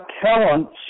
Talents